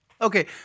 Okay